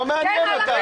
לא מעניין אותה.